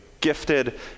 gifted